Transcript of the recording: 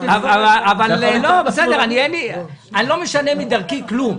אני לא משנה מדרכי כלום,